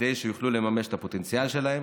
כדי שיוכלו לממש את הפוטנציאל שלהם,